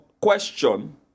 question